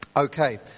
Okay